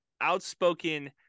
outspoken